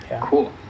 cool